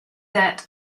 debt